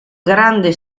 grande